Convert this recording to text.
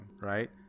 right